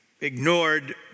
ignored